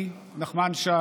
אני, נחמן שי,